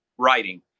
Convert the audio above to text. writing